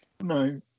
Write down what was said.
No